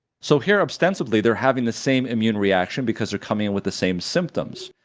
so here, ostensibly, they're having the same immune reaction, because they're coming with the same symptoms,